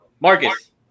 Marcus